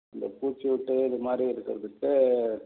இந்தப் பூச்சிவெட்டு இது மாதிரி இருக்கிறதுக்கு